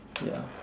ya